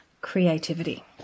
Creativity